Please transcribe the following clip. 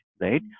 right